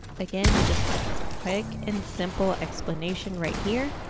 again, just a quick and simple explanation right here.